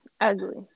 ugly